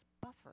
buffer